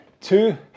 two